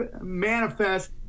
manifest